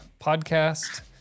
podcast